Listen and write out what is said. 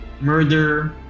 murder